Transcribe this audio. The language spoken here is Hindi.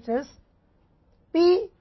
से लिखते हैं